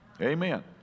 Amen